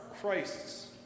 Christ's